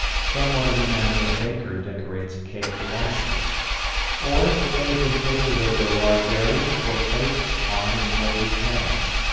somewhat in the manner a baker decorates a cake with icing or it may have been painted over a large area or placed on in molded pads.